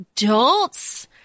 adults